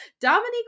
Dominique